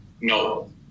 No